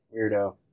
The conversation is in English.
weirdo